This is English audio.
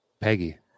Peggy